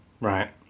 right